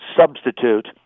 substitute